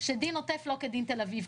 שדין עוטף לא כדין תל אביב.